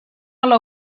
ala